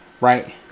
right